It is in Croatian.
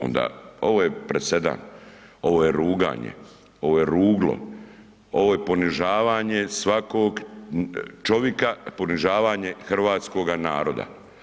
Onda ovo je presedan, ovo je ruganje, ovo je ruglo, ovo je ponižavanje svakog čovjeka, ponižavanje hrvatskoga naroda.